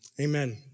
Amen